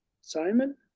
Simon